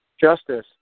justice